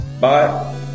Bye